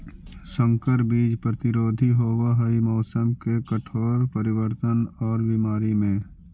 संकर बीज प्रतिरोधी होव हई मौसम के कठोर परिवर्तन और बीमारी में